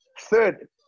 third